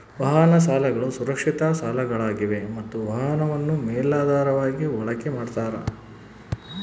ವಾಹನ ಸಾಲಗಳು ಸುರಕ್ಷಿತ ಸಾಲಗಳಾಗಿವೆ ಮತ್ತ ವಾಹನವನ್ನು ಮೇಲಾಧಾರವಾಗಿ ಬಳಕೆ ಮಾಡ್ತಾರ